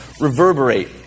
reverberate